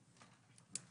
שאנחנו